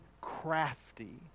crafty